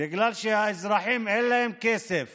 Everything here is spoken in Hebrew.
בגלל שהאזרחים, אין להם כסף